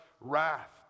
wrath